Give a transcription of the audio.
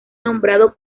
nombrado